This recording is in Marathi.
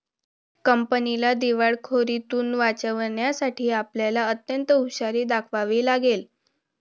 कंपनीला दिवाळखोरीतुन वाचवण्यासाठी आपल्याला अत्यंत हुशारी दाखवावी लागेल